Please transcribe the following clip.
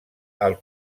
als